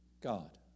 God